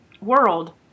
world